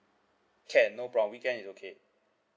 can no problem weekend is okay